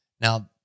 Now